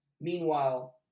Meanwhile